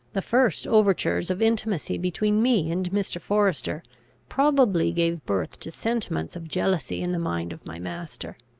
the first overtures of intimacy between me and mr. forester probably gave birth to sentiments of jealousy in the mind of my master.